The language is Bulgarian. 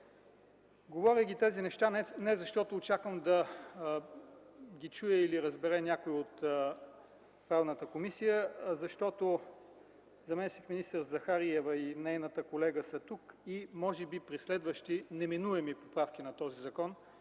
Говоря тези неща не защото очаквам да ги чуе или разбере някой от Правната комисия, а защото заместник-министър Захариева и нейната колега са тук и може би при следващи неминуеми поправки на този закон